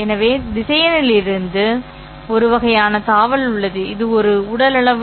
எனவே திசையனில் இருந்து ஒரு வகையான தாவல் உள்ளது இது ஒரு உடல் அளவு